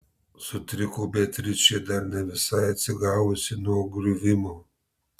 sutriko beatričė dar ne visai atsigavusi nuo griuvimo